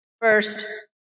First